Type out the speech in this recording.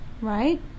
Right